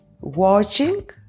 watching